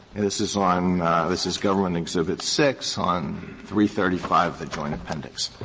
and this is on this is government exhibit six on three thirty five of the joint appendix.